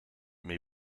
may